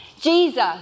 Jesus